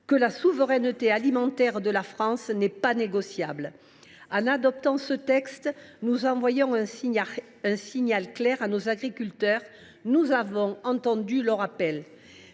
que la souveraineté alimentaire de la France n’est pas négociable. En adoptant ce texte, nous envoyons un signal clair à nos agriculteurs : nous avons entendu leur appel.